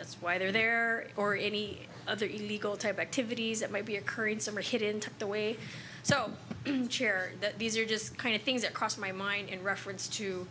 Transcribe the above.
that's why they're there or any other illegal type activities that might be occurring some are hit into the way so that these are just kind of things that cross my mind in reference to